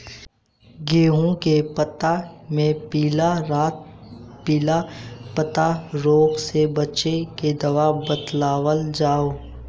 गेहूँ के पता मे पिला रातपिला पतारोग से बचें के दवा बतावल जाव?